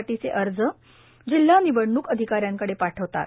साठीचे अर्ज जिल्हा निवडणूक अधिकाऱ्यांकडे पाठवितात